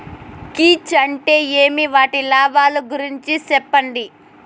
కీచ్ అంటే ఏమి? వాటి లాభాలు గురించి సెప్పండి?